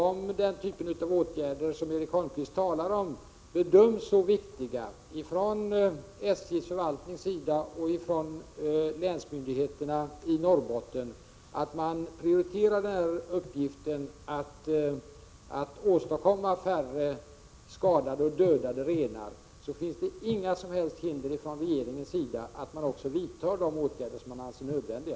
Om den typ av åtgärder som Erik Holmkvist talar om bedöms så viktig av SJ:s förvaltning och länsmyndigheterna i Norrbotten att de prioriterar uppgiften att åstadkomma färre skadade och dödade renar, lägger regeringen inga som helst hinder i vägen för dem att vidta de nödvändiga åtgärderna.